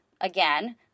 again